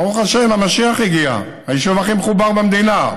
ברוך השם, המשיח הגיע, היישוב הכי מחובר במדינה.